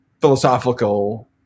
philosophical